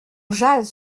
jase